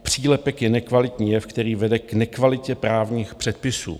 Přílepek je nekvalitní jev, který vede k nekvalitě právních předpisů.